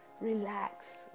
relax